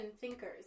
thinkers